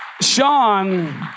Sean